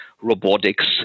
robotics